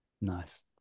Nice